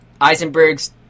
Eisenberg's